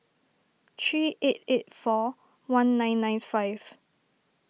three eight eight four one nine nine five